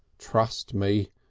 trust me,